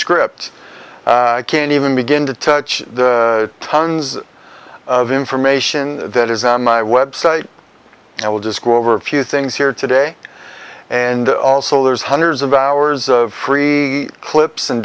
script i can't even begin to touch the tons of information that is on my website and i will just go over a few things here today and also there's hundreds of hours of free clips and